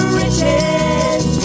riches